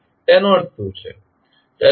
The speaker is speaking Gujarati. તેનો અર્થ શું છે